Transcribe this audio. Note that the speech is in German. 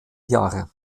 jahre